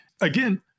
Again